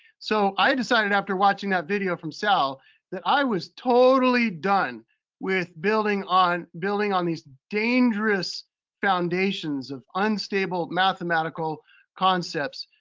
so i decided after watching that video from sal that i was totally done with building on on these dangerous foundations of unstable mathematical concepts.